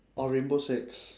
orh rainbow six